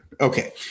Okay